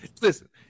listen